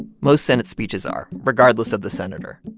most senate speeches are, regardless of the senator.